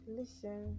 listen